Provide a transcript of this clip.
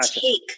take